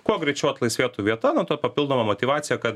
kuo greičiau atlaisvėtų vieta na ta papildoma motyvacija kad